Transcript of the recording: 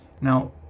Now